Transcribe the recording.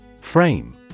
Frame